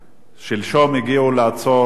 שלשום הגיעו לעצור איזה